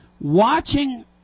watching –